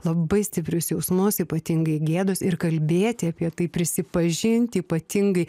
labai stiprius jausmus ypatingai gėdos ir kalbėti apie tai prisipažinti ypatingai